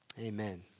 Amen